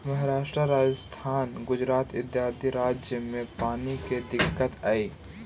महाराष्ट्र, राजस्थान, गुजरात इत्यादि राज्य में पानी के दिक्कत हई